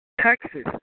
Texas